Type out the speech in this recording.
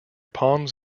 palms